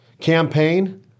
Campaign